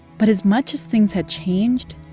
but as much as things had changed,